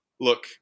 look